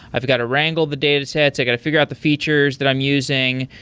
i've got to wrangle the datasets. i got to figure out the features that i'm using.